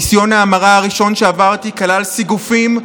ניסיון ההמרה הראשון שעברתי כלל סיגופים,